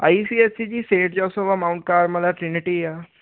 ਆਈ C S E ਜੀ Saint Joseph Mount Carmel ਚੈਨਟੀ ਆ